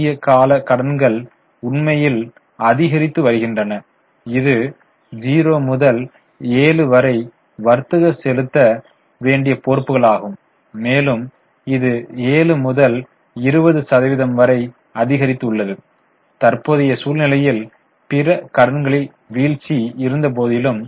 குறுகிய கால கடன்கள் உண்மையில் அதிகரித்து வருகின்றன இது 0 முதல் 7 வரை வர்த்தக செலுத்த வேண்டிய பொறுப்புக்களாகும் மேலும் இது 7 முதல் 20 சதவிகிதம் வரை அதிகரித்துள்ளது தற்போதைய சூழ்நிலையில் பிற கடன்களில் வீழ்ச்சி இருந்தபோதிலும்